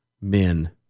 men